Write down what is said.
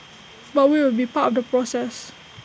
but we will be part of the process